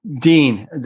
Dean